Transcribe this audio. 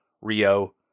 Rio